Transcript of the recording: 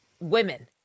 women